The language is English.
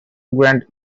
grand